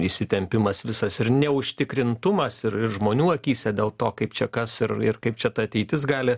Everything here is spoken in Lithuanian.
įsitempimas visas ir neužtikrintumas ir ir žmonių akyse dėl to kaip čia kas ir ir kaip čia ta ateitis gali